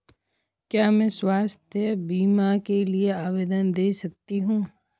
क्या मैं स्वास्थ्य बीमा के लिए आवेदन दे सकती हूँ?